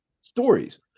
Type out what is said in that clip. stories